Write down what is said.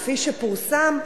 כפי שפורסם,